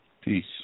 Peace